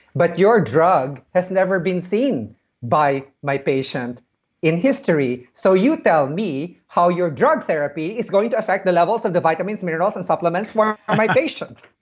but your drug has never been seen by my patient in history. so you tell me how your drug therapy is going to affect the levels of the vitamins, minerals, and supplements for ah my patient.